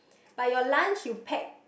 but your lunch you pack